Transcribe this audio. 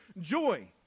joy